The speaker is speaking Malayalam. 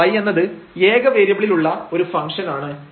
ɸ എന്നത് ഏക വേരിയബിളിൽ ഉള്ള ഒരു ഫംഗ്ഷൻ ആണ്